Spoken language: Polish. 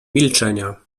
milczenia